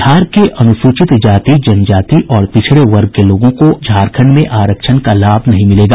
बिहार के अनुसूचित जाति जनजाति और पिछड़े वर्ग के लोगों को झारखंड में आरक्षण का लाभ नहीं मिलेगा